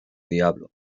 diablo